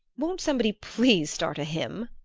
won't somebody please start a hymn?